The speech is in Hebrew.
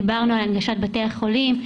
דיברנו על הנגשת בתי החולים.